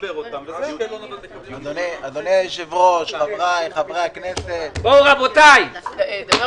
אדוני היושב-ראש, חברי חברי הכנסת, הדרגים